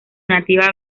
nativa